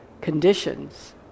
conditions